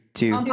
two